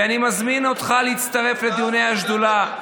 ואני מזמין אותך להצטרף לדיוני השדולה.